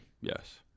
Yes